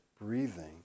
breathing